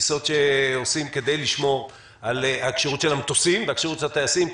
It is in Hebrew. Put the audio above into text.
טיסות שעושים כדי לשמור על הכשירות של המטוסים והכשירות של הטייסים.